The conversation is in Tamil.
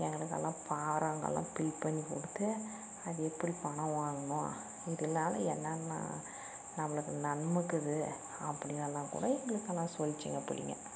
எங்களுக்கு எல்லாம் பாரங்களெல்லாம் பில் பண்ணி கொடுத்து அது எப்படி பணம் வாங்கணும் இதனால என்னென்னா நம்மளுக்கு நன்மை இருக்குது அப்படி எல்லாம் கூட எங்களுக்கு எல்லாம் சொல்லிச்சுங்க புள்ளைங்க